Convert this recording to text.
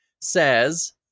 says